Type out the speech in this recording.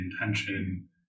intention